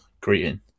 greeting